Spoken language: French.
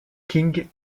king